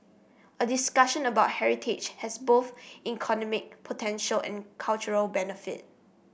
a discussion about heritage has both economic potential and cultural benefit